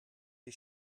ich